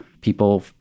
people